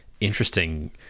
interesting